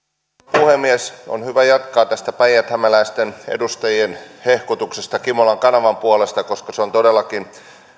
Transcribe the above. puhemies on hyvä jatkaa tästä päijäthämäläisten edustajien hehkutuksesta kimolan kanavan puolesta koska se on todellakin